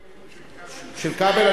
של כבל?